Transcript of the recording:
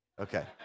Okay